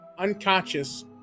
unconscious